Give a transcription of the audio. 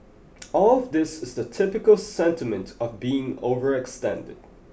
all of this is the typical sentiment of being overextended